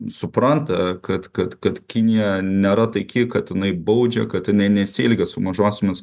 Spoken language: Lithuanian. supranta kad kad kad kinija nėra taiki kad jinai baudžia kad jinai nesielgia su mažosiomis